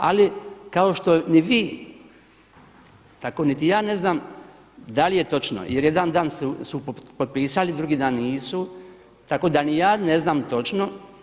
Ali kao što ni vi tako niti ja ne znam da li je točno, jer jedan dan su potpisali, drugi dan nisu tako da ni ja ne znam točno.